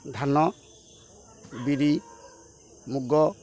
ଧାନ ବିରି ମୁଗ